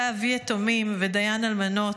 אתה אבי יתומים ודיין אלמנות,